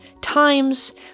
times